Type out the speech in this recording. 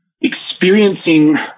experiencing